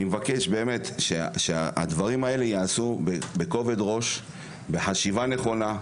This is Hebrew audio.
אני מבקש שהדברים האלה ייעשו בכובד ראש וחשיבה נכונה.